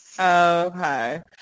Okay